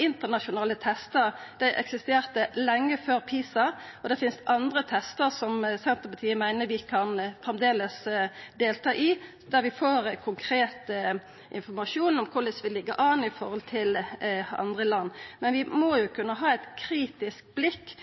Internasjonale testar eksisterte lenge før PISA, og det finst andre testar som Senterpartiet meiner vi framleis kan delta i, der vi får konkret informasjon om korleis vi ligg an i forhold til andre land. Men vi må jo kunna ha eit kritisk blikk